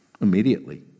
immediately